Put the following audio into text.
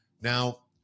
Now